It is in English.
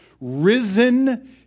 risen